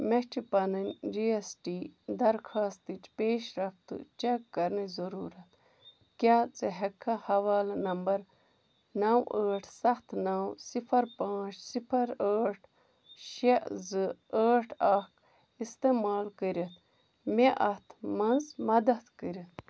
مےٚ چھُ پنُن جی ایس ٹی درخاستٕچ پیش رفت چیک کَرنٕچ ضروٗرت کیٛاہ ژٕ ہؠکٕکھا حوالہٕ نمبر نو ٲٹھ ستھ نو صِفر پانٛژھ صِفر ٲٹھ شےٚ زٕ ٲٹھ اَکھ اِستعمال کٔرتھ مےٚ اَتھ منٛز مدد کٔرتھ